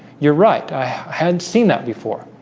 you're right. i hadn't seen that before